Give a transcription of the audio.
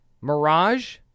Mirage